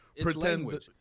pretend